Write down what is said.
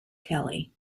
kelly